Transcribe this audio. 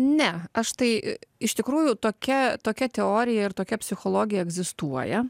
ne aš tai iš tikrųjų tokia tokia teorija ir tokia psichologija egzistuoja